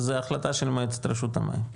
זו החלטה של מועצת רשות המים.